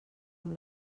amb